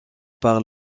par